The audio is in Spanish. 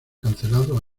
cancelado